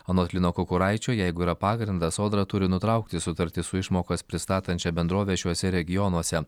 anot lino kukuraičio jeigu yra pagrindas sodra turi nutraukti sutartį su išmokas pristatančia bendrove šiuose regionuose